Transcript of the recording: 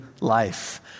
life